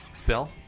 Phil